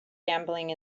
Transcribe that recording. gambling